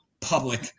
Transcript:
public